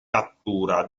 cattura